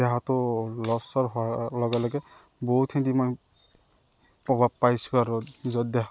দেহাটো লৰচৰ হোৱাৰ লগে লগে বহুতখিনি মই প্ৰভাৱ পাইছোঁ আৰু নিজৰ দেহা